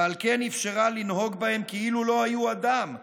ועל כן אפשרה לנהוג בהם כאילו לא היו אדם אלא,